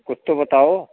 कुछ तो बताओ